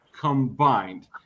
combined